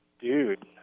Dude